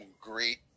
great